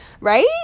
right